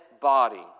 body